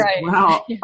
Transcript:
wow